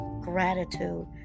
gratitude